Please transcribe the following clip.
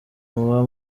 muba